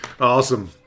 Awesome